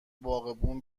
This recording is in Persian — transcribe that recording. باغبون